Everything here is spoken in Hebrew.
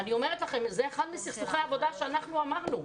אני אומרת לכם שזה אחד מסכסוכי העבודה שאנחנו אמרנו.